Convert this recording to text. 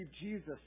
Jesus